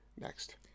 Next